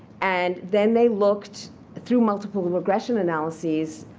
and then they looked through multiple regression analyses,